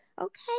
Okay